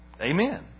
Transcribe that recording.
Amen